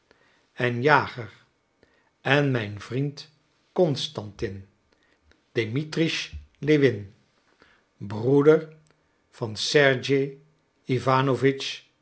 en jager en mijn vriend constantin dimitrisch lewin broeder van sergei